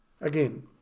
again